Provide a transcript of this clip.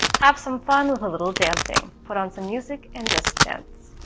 have some fun with a little dancing, put on some music and just dance!